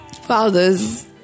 Fathers